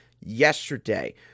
yesterday